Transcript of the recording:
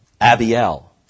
Abiel